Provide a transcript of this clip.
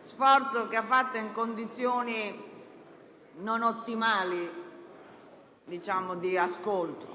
sforzo che ha fatto in condizioni non ottimali di ascolto.